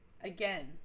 again